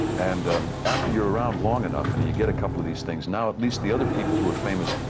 and um after you're around long enough and you get a couple of these things, now at least the other people who are famous,